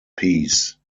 piece